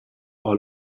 all